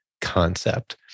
concept